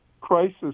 crisis